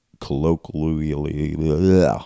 colloquially